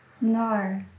No